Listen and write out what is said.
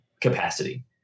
capacity